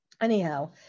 anyhow